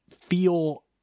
feel